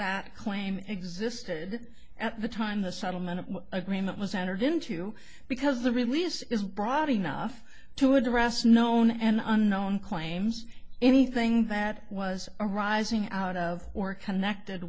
that claim existed at the time the settlement agreement was entered into because the release is broad enough to address known and unknown claims anything that was arising out of or connected